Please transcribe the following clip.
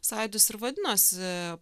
sąjūdis ir vadinosi